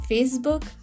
Facebook